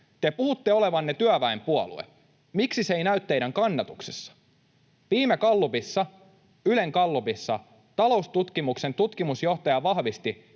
Te puhutte olevanne työväenpuolue. Miksi se ei näy teidän kannatuksessanne? Viime gallupissa, Ylen gallupissa, Taloustutkimuksen tutkimusjohtaja vahvisti,